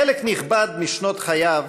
חלק נכבד משנות חייו,